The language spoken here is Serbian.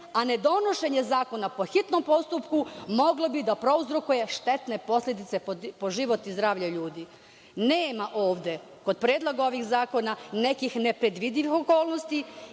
a nedonošenje zakona po hitnom postupku moglo bi da prouzrokuje štetne posledice po život i zdravlje ljudi. Nema ovde kod predloga ovih zakona nekih nepredvidivih okolnosti